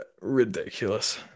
Ridiculous